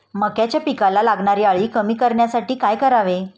मक्याच्या पिकाला लागणारी अळी कमी करण्यासाठी काय करावे?